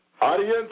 Audience